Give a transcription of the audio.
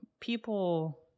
people